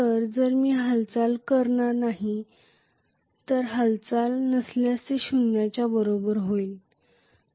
तर जर मी हालचाल करणार नाही तर हालचाल नसल्यास हे शून्याच्या बरोबर होईल